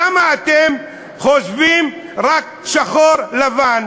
למה אתם חושבים רק שחור-לבן?